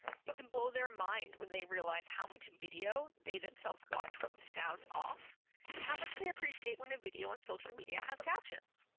you can blow their mind when they realize how much video they themselves watched with the sound off and how much they appreciate when a video on social media has captions.